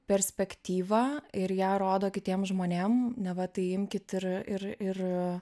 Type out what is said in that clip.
perspektyvą ir ją rodo kitiem žmonėm neva tai imkit ir ir ir